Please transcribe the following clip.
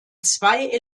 zwei